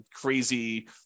crazy